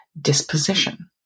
disposition